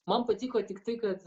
man patiko tiktai kad